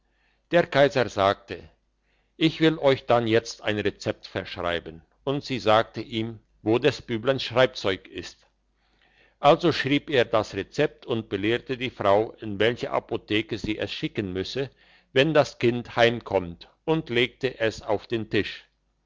der kaiser sagte ich will euch dann jetzt ein rezept verschreiben und sie sagte ihm wo des bübleins schreibzeug ist also schrieb er das rezept und belehrte die frau in welche apotheke sie es schicken müsse wenn das kind heimkommt und legte es auf den tisch